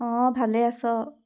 অঁ ভালেই আছ